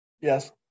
yes